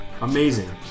Amazing